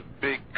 big